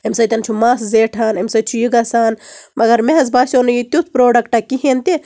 امہِ سۭتۍ چھُ مَس زیٹھان امہِ سۭتۍ چھُ یہِ گژھان مگر مےٚ حظ باسیو نہٕ یہِ تیُتھ پرڈۄکٹہ کِہیٖنۍ تہِ